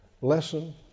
lesson